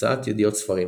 הוצאת ידיעות ספרים.